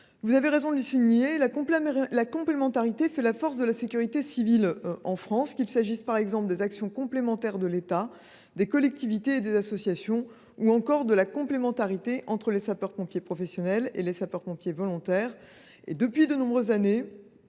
Vous avez raison de le souligner, la complémentarité fait la force de la sécurité civile en France, qu’il s’agisse des actions complémentaires de l’État, des collectivités et des associations, ou encore de la complémentarité entre les sapeurs pompiers professionnels et les sapeurs pompiers volontaires. Depuis de nombreuses années,